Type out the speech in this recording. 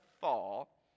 fall